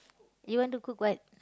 you want to cook what